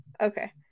Okay